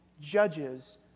judges